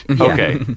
okay